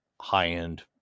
high-end